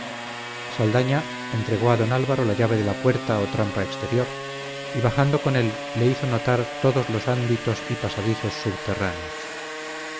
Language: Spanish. saldaña entregó a don álvaro la llave de la puerta o trampa exterior y bajando con él le hizo notar todos los ánditos y pasadizos subterráneos